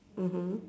mmhmm